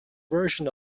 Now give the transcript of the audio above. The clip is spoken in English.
version